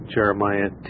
Jeremiah